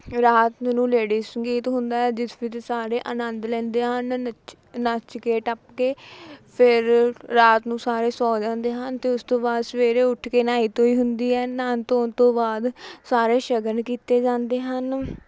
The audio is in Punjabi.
ਰਾਤ ਨੂੰ ਲੇਡੀ ਸੰਗੀਤ ਹੁੰਦਾ ਹੈ ਜਿਸ ਵਿੱਚ ਸਾਰੇ ਆਨੰਦ ਲੈਂਦੇ ਹਨ ਨੱਚ ਨੱਚ ਕੇ ਟੱਪ ਕੇ ਫੇਰ ਰਾਤ ਨੂੰ ਸਾਰੇ ਸੌਂ ਜਾਂਦੇ ਹਨ ਅਤੇ ਉਸ ਤੋਂ ਬਾਅਦ ਸਵੇਰੇ ਉੱਠ ਕੇ ਨਹਾਈ ਧੋਈ ਹੁੰਦੀ ਹੈ ਨਹਾਉਣ ਧੋਣ ਤੋਂ ਬਾਅਦ ਸਾਰੇ ਸ਼ਗਨ ਕੀਤੇ ਜਾਂਦੇ ਹਨ